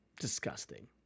Disgusting